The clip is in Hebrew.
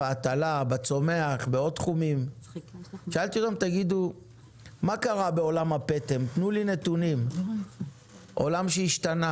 עבורי, שאלתי מה קרה בעולם הפטם, עולם שהשתנה